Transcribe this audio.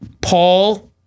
Paul